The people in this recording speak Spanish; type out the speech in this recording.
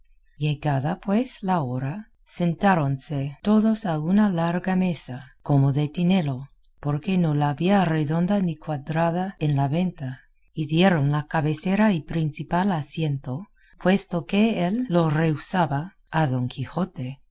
llegada pues la hora sentáronse todos a una larga mesa como de tinelo porque no la había redonda ni cuadrada en la venta y dieron la cabecera y principal asiento puesto que él lo rehusaba a don quijote